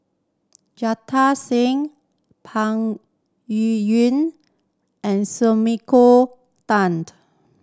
Jita Singh Peng Yuyun and Sumiko Tan